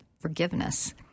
forgiveness